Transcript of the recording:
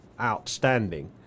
Outstanding